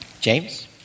James